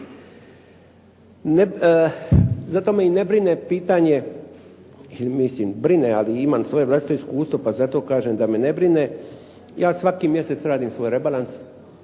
Zato me i ne brine pitanje, mislim brine, ali imam svoje vlastito iskustvo, pa zato kažem da me ne brine. Ja svaki mjesec radim svoj rebalans